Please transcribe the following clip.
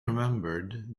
remembered